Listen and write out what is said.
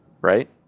right